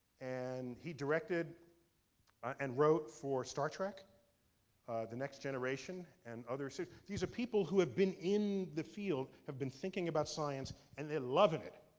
and he directed and wrote for star trek the next generation. and these are people who have been in the field, have been thinking about science and they're loving it.